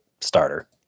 starter